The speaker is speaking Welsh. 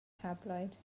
tabloid